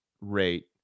rate